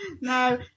no